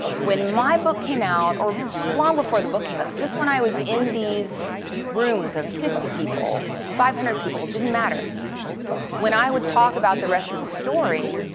when my book came out, or long before the book came out just when i was in these rooms of fifty people, five hundred people, it didn't matter when i would talk about the rest of the story,